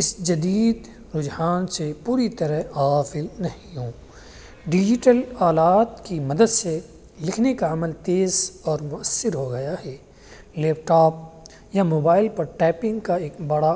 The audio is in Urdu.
اس جدید رجحان سے پوری طرح غافل نہیں ہوں ڈیجیٹل آلات کی مدد سے لکھنے کا عمل تیز اور مؤثر ہو گیا ہے لیپٹاپ یا موبائل پر ٹائپنگ کا ایک بڑا